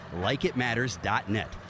LikeItMatters.net